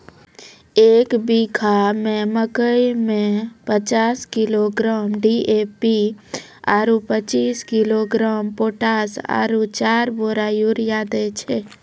एक बीघा मे मकई मे पचास किलोग्राम डी.ए.पी आरु पचीस किलोग्राम पोटास आरु चार बोरा यूरिया दैय छैय?